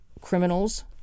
criminals